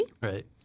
right